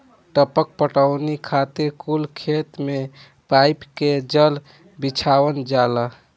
टपक पटौनी खातिर कुल खेत मे पाइप के जाल बिछावल जाला